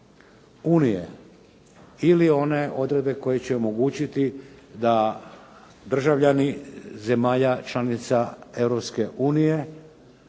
unije, ili one odredbe koje će omogućiti da državljani zemalja članica